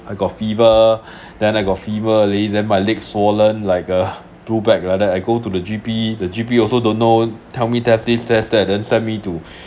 I got fever then I got fever already then my leg swollen like a blue black like that I go to the G_P the G_P also don't know tell me test this test that then send me to